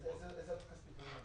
איזה עלות כספית זה יוצר?